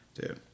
Dude